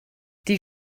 die